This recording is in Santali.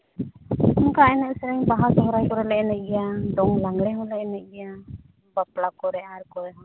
ᱱᱚᱝᱠᱟ ᱮᱱᱮᱡ ᱥᱮᱨᱮᱧ ᱵᱟᱦᱟ ᱥᱚᱦᱨᱟᱭ ᱠᱚᱨᱮᱞᱮ ᱮᱱᱮᱡ ᱜᱮᱭᱟ ᱫᱚᱝ ᱞᱟᱜᱽᱬᱮ ᱦᱚᱸᱞᱮ ᱮᱱᱮᱡ ᱜᱮᱭᱟ ᱵᱟᱯᱞᱟ ᱠᱚᱨᱮ ᱟᱨ ᱠᱚᱨᱮ ᱦᱚᱸ